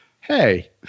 hey